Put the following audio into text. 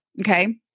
Okay